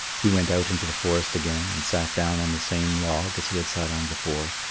he went out into the forest again and sat down on the same log as he had sat on before,